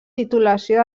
titulació